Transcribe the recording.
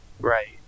Right